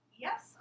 Yes